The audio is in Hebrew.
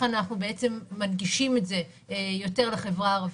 אנחנו בעצם מנגישים את זה יותר לחברה הערבית.